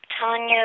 Tanya